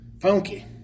Funky